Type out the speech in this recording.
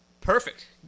Perfect